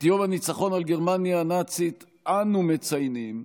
את יום הניצחון על גרמניה הנאצית אנו מציינים,